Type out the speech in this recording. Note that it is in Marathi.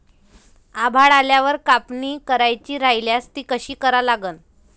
आभाळ आल्यावर कापनी करायची राह्यल्यास ती कशी करा लागन?